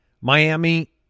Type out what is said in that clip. Miami